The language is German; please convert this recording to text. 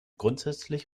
grundsätzlich